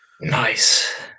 Nice